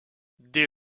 dès